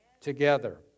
together